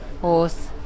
horse